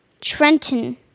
Trenton